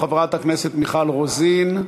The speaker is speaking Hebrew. חברת הכנסת מיכל רוזין,